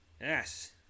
Yes